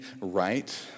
right